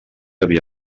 havia